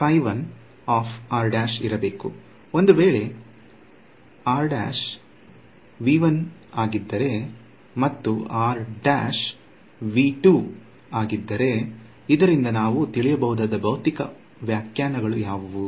ಇದು ಇರಬೇಕು ಒಂದು ವೇಳೆ ಯು ಮತ್ತು ಇದರಿಂದ ನಾವು ತಿಳಿಯಬಹುದಾದ ಭೌತಿಕ ವ್ಯಾಖ್ಯಾನಗಳು ಯಾವುವು